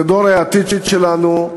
זה דור העתיד שלנו,